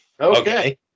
Okay